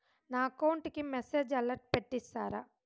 నా అకౌంట్ కి message alert పెట్టిస్తారా